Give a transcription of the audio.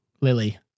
Lily